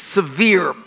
severe